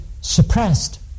suppressed